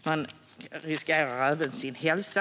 utan man riskerar även sin hälsa.